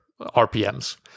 RPMs